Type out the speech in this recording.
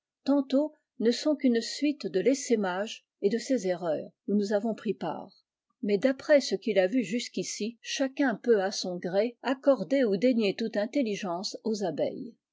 tantôt ne sont qu'une suite de l'essaimage et de ses erreurs où nous avons pris part mais d'après ce qu'il a vu jusqu'ici chacun peut à son gré accorder ou dénier toute intelligence aux abeilles